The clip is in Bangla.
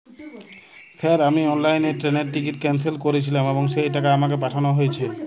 স্যার আমি অনলাইনে ট্রেনের টিকিট ক্যানসেল করেছিলাম এবং সেই টাকা আমাকে পাঠানো হয়েছে?